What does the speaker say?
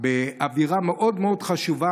באווירה מאוד מאוד חשובה,